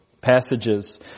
passages